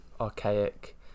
archaic